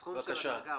בבקשה.